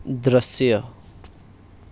દ્રશ્ય